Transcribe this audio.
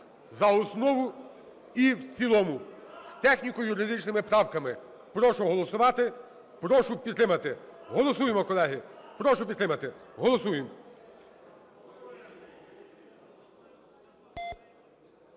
за основу і в цілому з техніко-юридичними правками. Прошу голосувати, прошу підтримати. Голосуємо, колеги, прошу підтримати. Голосуємо.